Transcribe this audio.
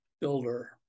Builder